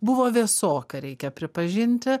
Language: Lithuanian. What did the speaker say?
buvo vėsoka reikia pripažinti